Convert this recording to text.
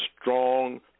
strong